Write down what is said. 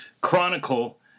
chronicle